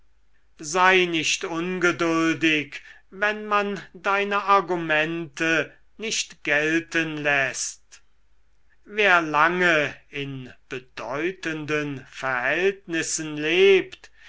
sei nicht ungeduldig wenn man deine argumente nicht gelten läßt wer lange in bedeutenden verhältnissen lebt